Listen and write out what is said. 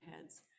heads